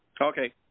Okay